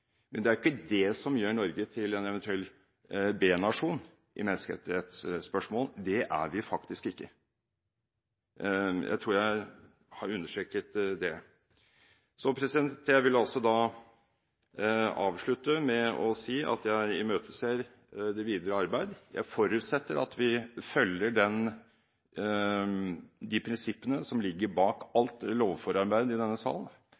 Men det er jo ikke det som gjør Norge til en eventuell B-nasjon i menneskerettighetsspørsmål – det er vi faktisk ikke. Jeg tror jeg har understreket det. Så jeg vil avslutte med å si at jeg imøteser det videre arbeid. Jeg forutsetter at vi følger de prinsippene som ligger bak alt lovforarbeid i denne sal,